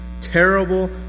Terrible